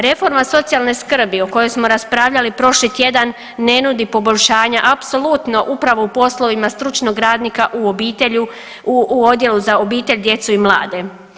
Reforma socijalne skrbi o kojoj smo raspravljali prošli tjedan ne nudi poboljšanja apsolutno upravo u poslovima stručnog radnika u odjelu za obitelj, djecu i mlade.